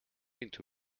into